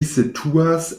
situas